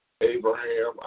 Abraham